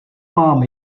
mám